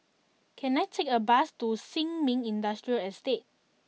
can I take a bus to Sin Ming Industrial Estate